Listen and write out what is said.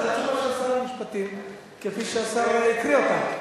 תשובה של שר המשפטים כפי שהשר הקריא אותה.